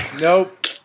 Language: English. Nope